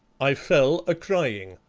i fell a-crying,